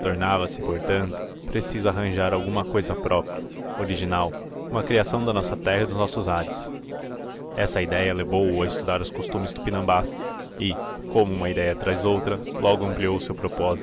tornava-se portanto preciso arranjar alguma cousa própria original uma criação da nossa terra e dos nossos ares essa idéia levou-o a estudar os costumes tupinambás e como uma idéia traz outra logo ampliou o seu propósito